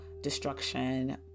destruction